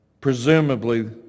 Presumably